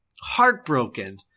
heartbroken